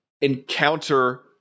encounter